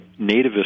nativist